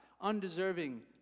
undeserving